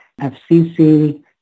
FCC